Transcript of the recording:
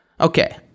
okay